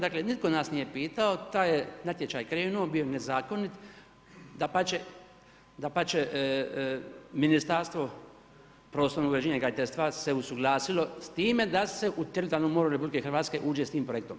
Dakle, nitko nas nije pitao, taj je natječaj krenuo, bio je nezakonit, dapače Ministarstvo prostornog uređenja i graditeljstva se usuglasilo s time da se u teritorijalnom moru RH uđe s tim projektom.